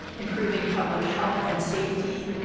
improving public health and safety,